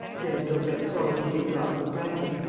then daubrecq swallowed a few drops of brandy.